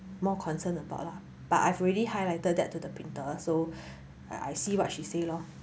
more concerned about lah but I've already highlighted that to the printer so I see what she say lor